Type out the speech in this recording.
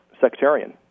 sectarian